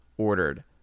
Ordered